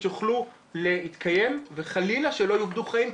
יוכלו להתקיים ושחלילה לא יאבדו חיים,